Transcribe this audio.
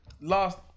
last